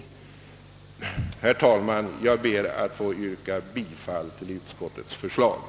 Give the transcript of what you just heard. Herr talman! Jag ber att få yrka bifall till utskottets hemställan.